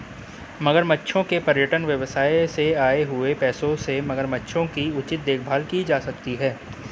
मगरमच्छों के पर्यटन व्यवसाय से आए हुए पैसों से मगरमच्छों की उचित देखभाल की जा सकती है